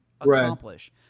accomplish